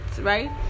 right